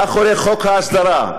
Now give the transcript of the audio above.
מאחורי חוק ההסדרה,